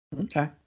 Okay